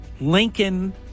lincoln